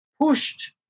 pushed